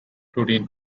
protein